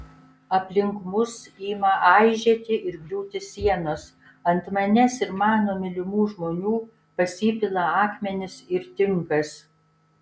aplink mus ima aižėti ir griūti sienos ant manęs ir mano mylimų žmonių pasipila akmenys ir tinkas